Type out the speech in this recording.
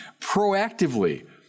proactively